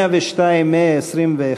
102 ו-121.